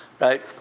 right